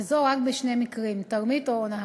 וזאת רק בשני מקרים: תרמית או הונאה.